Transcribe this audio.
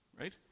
right